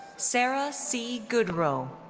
sarah c. goodroe,